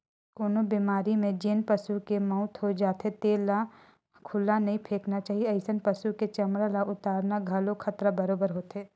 कोनो बेमारी म जेन पसू के मउत हो जाथे तेन ल खुल्ला नइ फेकना चाही, अइसन पसु के चमड़ा ल उतारना घलो खतरा बरोबेर होथे